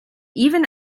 even